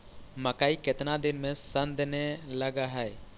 मकइ केतना दिन में शन देने लग है?